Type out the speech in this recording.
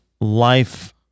life